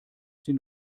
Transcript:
den